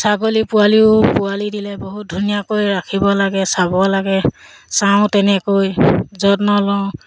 ছাগলী পোৱালিও পোৱালি দিলে বহুত ধুনীয়াকৈ ৰাখিব লাগে চাব লাগে চাওঁ তেনেকৈ যত্ন লওঁ